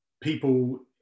people